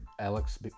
Alex